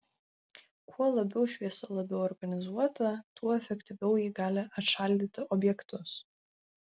kuo labiau šviesa labiau organizuota tuo efektyviau ji gali atšaldyti objektus